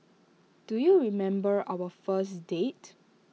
do you remember our first date